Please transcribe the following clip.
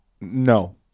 no